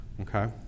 Okay